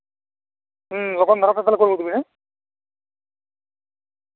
ᱦᱩᱸ ᱞᱚᱜᱚᱱ ᱫᱷᱟᱨᱟᱛᱮ ᱛᱟᱦᱚᱞᱮ ᱜᱩᱞ ᱜᱚᱫ ᱢᱮ ᱦᱮᱸ